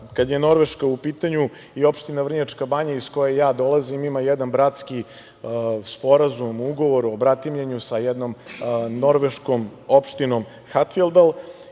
kada je Norveška u pitanju i opština Vrnjačka Banja, iz koje ja dolazim, ima jedan bratski sporazum, ugovor o bratimljenju sa jednom norveškom opštinom Hatfield.